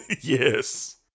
Yes